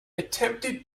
attempted